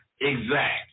exact